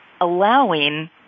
allowing